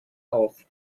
auf